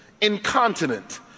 incontinent